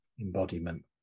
embodiment